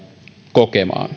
kokemaan